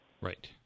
Right